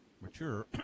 mature